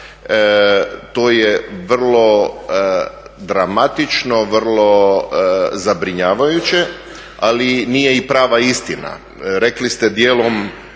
to je vrlo dramatično, vrlo zabrinjavajuće, ali nije i prava istina. Rekli ste dijelom